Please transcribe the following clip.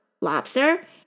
lobster